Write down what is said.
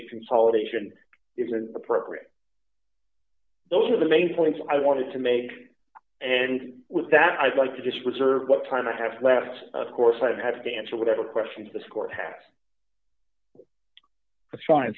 the consolidation is an appropriate those are the main points i wanted to make and with that i'd like to just reserve what time i have left of course i'd have to answer whatever questions the score past that's fine